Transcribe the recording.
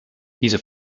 diese